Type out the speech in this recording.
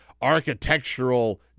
architectural